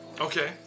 Okay